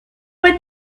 with